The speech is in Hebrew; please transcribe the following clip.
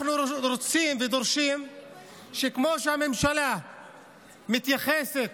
אנחנו רוצים ודורשים שכמו שהממשלה מתייחסת